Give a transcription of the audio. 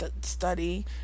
study